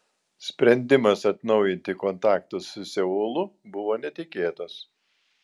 sprendimas atnaujinti kontaktus su seulu buvo netikėtas